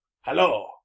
Hello